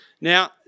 Now